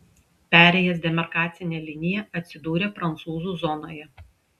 perėjęs demarkacinę liniją atsidūrė prancūzų zonoje